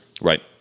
right